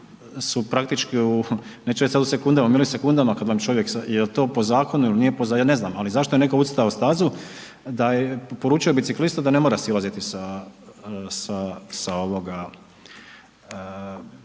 su praktički u, neću reći sad u sekundama, milisekundama kada vam čovjek sa, je li to po zakonu ili nije po zakonu, ja ne znam. Ali zašto je netko ucrtao stazu da je poručio biciklistu da ne mora silaziti sa.